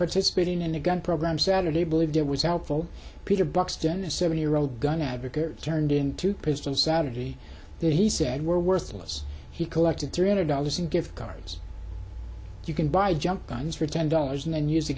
participating in the gun program saturday believed it was helpful peter buxton a seventy year old gun advocate turned into prison saturday that he said were worthless he collected three hundred dollars in gift cards you can buy junk guns for ten dollars and then use the